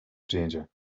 stranger